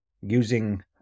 using